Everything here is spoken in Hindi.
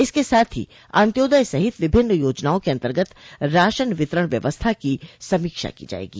इसके साथ ही अन्त्योदय सहित विभिन्न योजनाओं के अन्तर्गत राशन वितरण व्यवस्था की समीक्षा की जायेगी